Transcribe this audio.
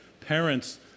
parents